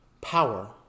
power